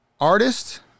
Artist